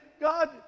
God